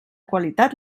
qualitat